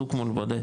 מול בודד,